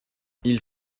ils